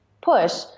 push